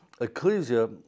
Ecclesia